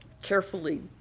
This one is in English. carefully